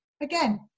again